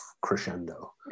crescendo